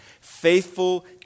faithful